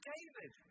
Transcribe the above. David